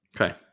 Okay